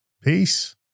Peace